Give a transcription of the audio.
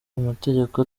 amategeko